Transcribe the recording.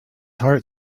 heart